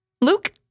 Luke